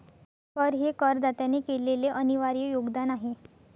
कर हे करदात्याने केलेले अनिर्वाय योगदान आहे